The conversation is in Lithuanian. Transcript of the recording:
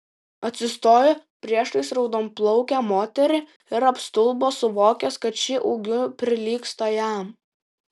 atsistojo priešais raudonplaukę moterį ir apstulbo suvokęs kad ši ūgiu prilygsta jam